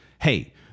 hey